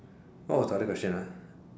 what was the other question